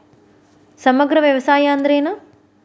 ಸಮಗ್ರ ವ್ಯವಸಾಯ ಅಂದ್ರ ಏನು?